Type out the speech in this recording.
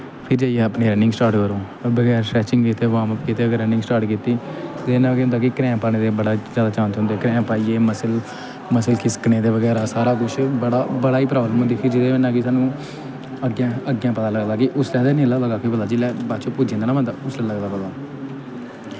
फिर जाइयै अपनी रनिंग स्टार्ट करो बगैर स्ट्रैचिंग कीते दे वार्मअप कीते दे अगर रनिंग स्टार्ट कीती ते एह्दे नै केह् होंदा कि क्रैंप आने दे बड़े जादा चांस होंदे क्रैंप आई गे मसल मसल खिसकने ते बगैरा सारा कुछ बड़ा बड़ा ई प्राब्लम होंदी कि जेह्दे कन्नै कि सानूं अग्गें अग्गें पता लगदा कि उसलै निं पता लगदा कि बाद च जिसलै बाद च पुज्जी जंदा निं बंदा उसलै लगदा पता